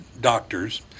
doctors